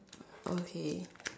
okay